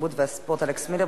התרבות והספורט אלכס מילר.